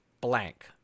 blank